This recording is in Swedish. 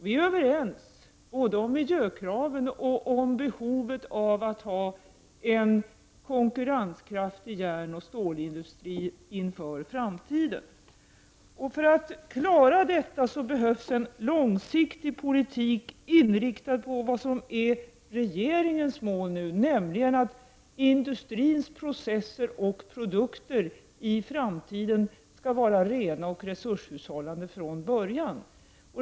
Vi är överens både om miljökraven och om behovet av att ha en konkurrenskraftig järnoch stålindustri i framtiden. För att klara detta behövs en långsiktig politik, inriktad på vad som är regeringens mål nu, nämligen att industrins processer och produkter i framtiden skall vara rena och från början resurshushållande.